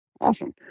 Awesome